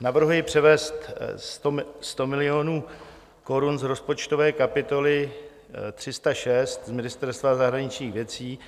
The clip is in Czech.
Navrhuji převést 100 milionů korun z rozpočtové kapitoly 307 Ministerstvo zahraničních věcí